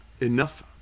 enough